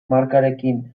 markarekin